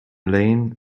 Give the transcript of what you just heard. lane